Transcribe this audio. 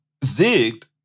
zigged